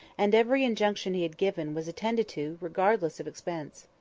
and every injunction he had given was attended to, regardless of expense.